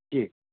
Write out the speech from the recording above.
কি